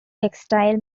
textile